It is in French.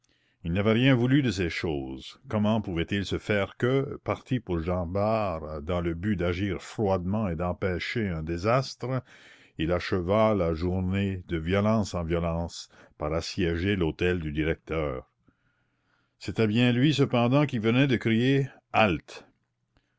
il n'avait rien voulu de ces choses comment pouvait-il se faire que parti pour jean bart dans le but d'agir froidement et d'empêcher un désastre il achevât la journée de violence en violence par assiéger l'hôtel du directeur c'était bien lui cependant qui venait de crier halte